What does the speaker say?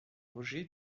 loger